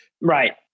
right